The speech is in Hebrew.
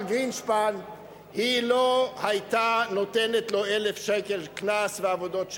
גרינשפן היא לא היתה נותנת לו 1,000 שקל קנס ועבודות שירות.